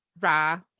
Ra